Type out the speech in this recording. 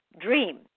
Dream